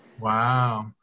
Wow